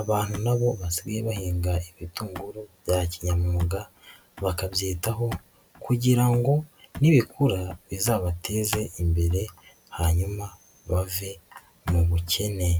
abantu nabo basigaye bahinga ibitunguru bya kinyamwuga bakabyitaho kugira ngo nibikura bizabateze imbere hanyuma bave mu bukene.